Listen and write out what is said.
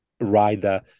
rider